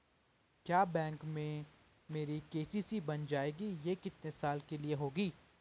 क्या बैंक में मेरी के.सी.सी बन जाएगी ये कितने साल के लिए होगी?